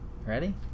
Ready